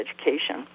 education